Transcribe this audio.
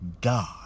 God